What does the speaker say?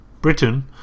...Britain